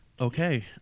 Okay